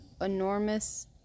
enormous